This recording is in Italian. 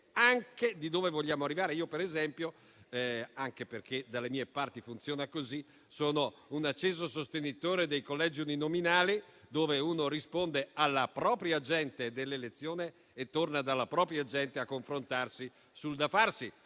anche di dove vogliamo arrivare. Io, per esempio, anche perché dalle mie parti funziona così, sono un acceso sostenitore dei collegi uninominali, dove l'eletto risponde alla propria gente dell'elezione e torna dalla propria gente a confrontarsi sul da farsi,